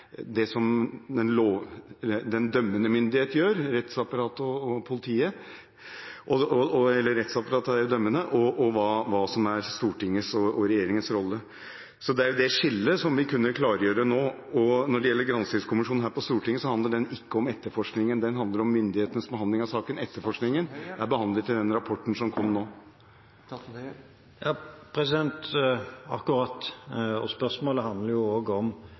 det noe annet enn at man aktivt på side 1 trekker en slik konklusjon. Den gangen skilte man ikke godt nok mellom det som den dømmende myndighet – rettsapparatet – gjør, og det som er Stortingets og regjeringens rolle. Så det er det skillet som vi kunne fått klargjort nå. Når det gjelder granskingskommisjonen her på Stortinget, handler den ikke om etterforskningen. Den handler om myndighetenes behandling av saken. Etterforskningen er behandlet i den rapporten som kom nå. Akkurat. Spørsmålet handler også om